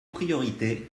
priorités